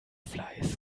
fleiß